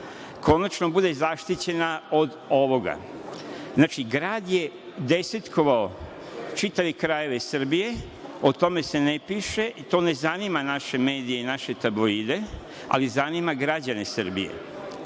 konačno bude i zaštićena od ovoga. Znači, grad je desetkovao čitavih krajeve i Srbije, o tome se ne piše i to ne zanima naše medije i naše tabloide, ali zanima građane Srbije,